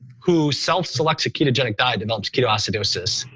who self selects a ketogenic diet develops ketoacidosis.